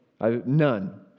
none